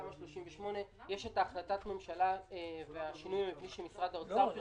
תמ"א 38. יש את החלטת הממשלה והשינוי המבני שמשרד האוצר פרסם.